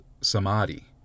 samadhi